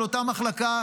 של אותה מחלקה,